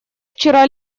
вчера